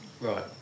Right